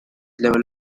level